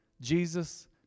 Jesus